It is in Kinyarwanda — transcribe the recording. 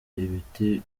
ibiti